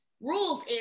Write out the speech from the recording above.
rules